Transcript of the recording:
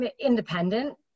independent